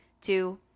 Two